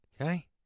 okay